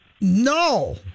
No